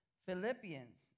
Philippians